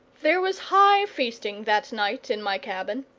there was high feasting that night in my cabin.